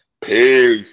Peace